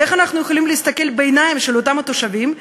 ואיך אנחנו יכולים להסתכל בעיניים של אותם תושבים,